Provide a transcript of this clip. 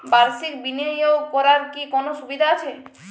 বাষির্ক বিনিয়োগ করার কি কোনো সুবিধা আছে?